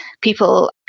people